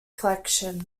collection